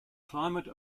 climate